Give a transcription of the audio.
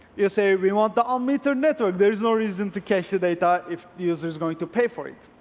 you say we want the unmetered network, there's no reason to cache the data if user is going to pay for it.